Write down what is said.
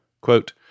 Quote